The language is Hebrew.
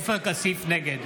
נגד